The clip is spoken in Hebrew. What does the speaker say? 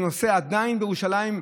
שהוא עדיין נושא בירושלים.